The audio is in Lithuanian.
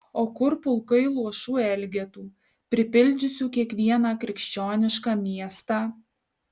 o kur pulkai luošų elgetų pripildžiusių kiekvieną krikščionišką miestą